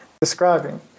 describing